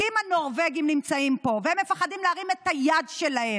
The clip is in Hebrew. כי אם הנורבגים נמצאים פה והם מפחדים להרים את היד שלהם